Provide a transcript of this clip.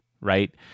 right